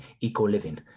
eco-living